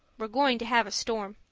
we're going to have a storm.